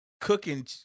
cooking